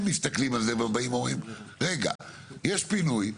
יש פינוי,